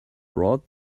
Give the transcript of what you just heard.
brought